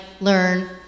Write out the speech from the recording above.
learn